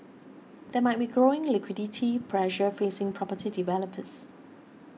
there might be growing liquidity pressure facing property developers